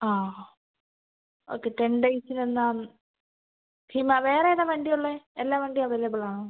ആ ഹാ okay ten ഡേയ്സിൽ എന്നാൽ ഹിമാല വേറെ ഏതാ വണ്ടി ഉള്ളത് എല്ലാ വണ്ടി അവൈലബിൾ ആണോ